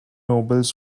nobles